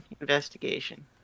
investigation